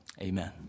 Amen